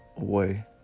Away